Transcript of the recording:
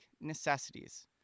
necessities